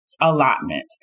allotment